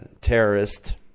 terrorist